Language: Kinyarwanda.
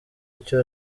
icyo